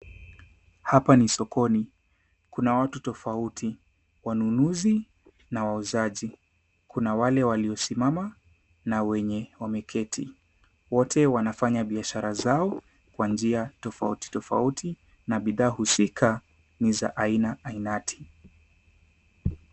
Hapa ni sokoni Kuna watu tofauti wanunuzi na wauzaji. Kuna wale waliosimama na wenye wameketi wote wanafanya biashara zao kwa njia tofauti tofauti na bidhaa husika ni za aina ainati.